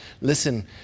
Listen